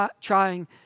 trying